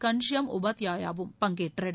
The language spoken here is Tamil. கன்ஷியாம் உபாத்யாயாவும் பங்கேற்றனர்